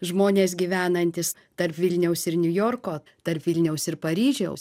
žmonės gyvenantys tarp vilniaus ir niujorko tarp vilniaus ir paryžiaus